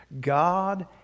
God